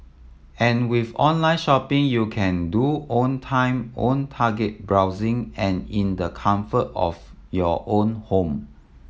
and with online shopping you can do 'own time own target' browsing and in the comfort of your own home